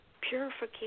purification